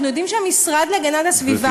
גברתי,